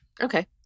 okay